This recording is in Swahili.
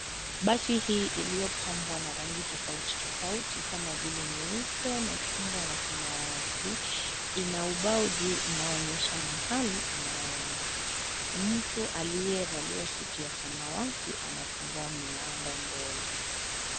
Basi hii iliyopambwa na rangi tofauti tofauti kama vile nyeupe, machungwa na samawati ina ubao juu unaoonyesha mahali inaenda. Mtu aliyevalia suti ya samawati anafungua mlango mbele.